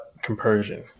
compersion